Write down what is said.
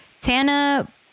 Tana